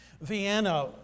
Vienna